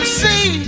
see